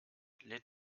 lädt